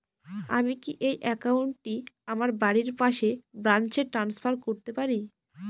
আমি কি এই একাউন্ট টি আমার বাড়ির পাশের ব্রাঞ্চে ট্রান্সফার করতে পারি?